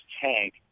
tank